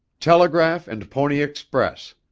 telegraph and pony express.